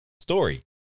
story